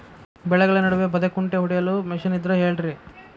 ಬೆಳೆಗಳ ನಡುವೆ ಬದೆಕುಂಟೆ ಹೊಡೆಯಲು ಮಿಷನ್ ಇದ್ದರೆ ಹೇಳಿರಿ